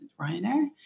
Ryanair